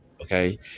Okay